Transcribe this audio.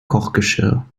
kochgeschirr